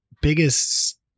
biggest-